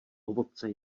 ovoce